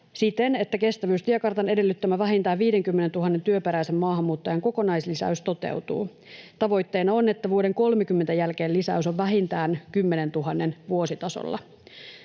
siten, että kestävyystiekartan edellyttämän, vähintään 50 000 työperäisen maahanmuuttajan kokonaislisäys toteutuu. Tavoitteena on, että vuoden 30 jälkeen lisäys on vähintään 10 000:n vuositasolla.